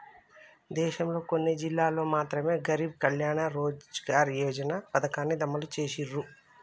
దేశంలోని కొన్ని జిల్లాల్లో మాత్రమె గరీబ్ కళ్యాణ్ రోజ్గార్ యోజన పథకాన్ని అమలు చేసిర్రు